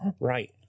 Right